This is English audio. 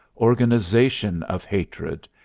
organization of hatred.